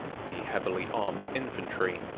the heavy-armed infantry,